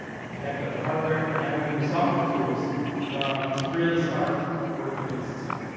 you connect up the hardware, and now you use software tools to really start working with the system.